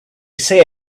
say